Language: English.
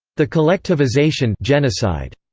the collectivization genocide,